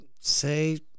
say